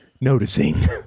noticing